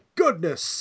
goodness